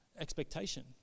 expectation